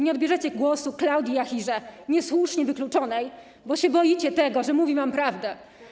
Nie odbierzecie głosu Klaudii Jachirze, niesłusznie wykluczonej, bo się boicie, że mówi wam prawdę.